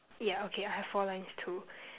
yeah okay I have four lines too